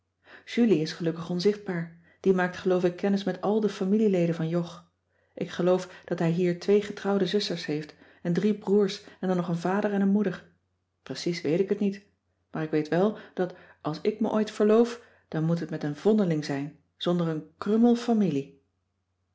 julie is gelukkig onzichtbaar die maakt geloof ik kennis met al de familieleden van jog ik geloof dat hij hier twee getrouwde zusters heeft en drie broers en dan nog een vader en een moeder precies weet ik het niet maar ik weet wel dat als ik me ooit verloof dan moet het met een vondeling zijn zonder een krummel familie